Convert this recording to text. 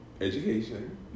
education